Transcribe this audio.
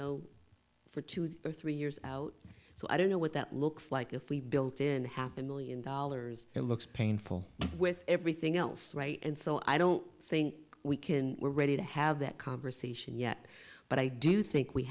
projections for two or three years out so i don't know what that looks like if we built in half a million dollars it looks painful with everything else right and so i don't think we can we're ready to have that conversation yet but i do think we